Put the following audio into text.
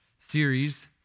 series